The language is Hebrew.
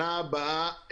צריך לתקן את התקנה הזו.